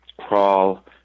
crawl